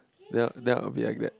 then I then I'll be like that